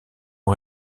ont